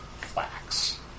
Flax